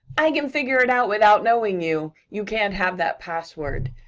i can figure it out without knowing you, you can't have that password.